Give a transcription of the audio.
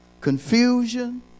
confusion